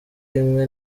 imwe